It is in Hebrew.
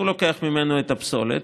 והוא לוקח ממנו את הפסולת.